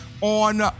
on